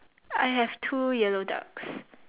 I have two yellow ducks